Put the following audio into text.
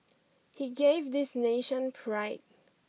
he gave this nation pride